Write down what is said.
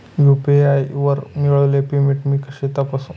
UPI वर मिळालेले payment मी कसे तपासू?